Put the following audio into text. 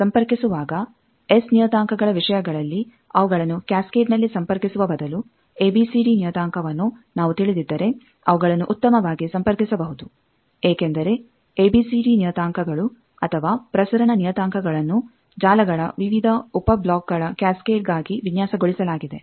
ಈಗ ಸಂಪರ್ಕಿಸುವಾಗ ಎಸ್ ನಿಯತಾಂಕಗಳ ವಿಷಯಗಳಲ್ಲಿ ಅವುಗಳನ್ನು ಕ್ಯಾಸ್ಕೆಡ್ನಲ್ಲಿ ಸಂಪರ್ಕಿಸುವ ಬದಲು ಎಬಿಸಿಡಿ ನಿಯತಾಂಕವನ್ನು ನಾವು ತಿಳಿದಿದ್ದರೆ ಅವುಗಳನ್ನು ಉತ್ತಮವಾಗಿ ಸಂಪರ್ಕಿಸಬಹುದು ಏಕೆಂದರೆ ಎಬಿಸಿಡಿ ನಿಯತಾಂಕಗಳು ಅಥವಾ ಪ್ರಸರಣ ನಿಯತಾಂಕಗಳನ್ನು ಜಾಲಗಳ ವಿವಿಧ ಉಪ ಬ್ಲಾಕ್ಗಳ ಕ್ಯಾಸ್ಕೆಡ್ಗಾಗಿ ವಿನ್ಯಾಸಗೊಳಿಸಲಾಗಿದೆ